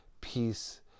peace